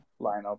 lineup